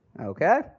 Okay